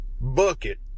bucket